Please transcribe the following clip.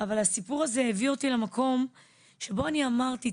אבל הסיפור הזה הביא אותי למקום שבו אני אמרתי,